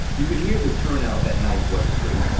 you can hear the turnout that night wasn't great.